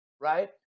right